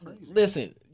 Listen